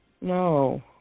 No